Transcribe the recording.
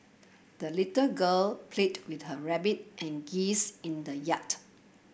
the little girl played with her rabbit and geese in the yard